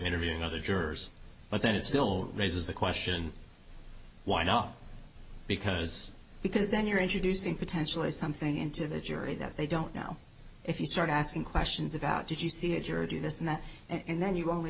interviewing other jurors but then it still raises the question why not because because then you're introducing potentially something into the jury that they don't know if you start asking questions about did you see it your do this that and then you only